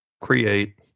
Create